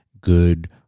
good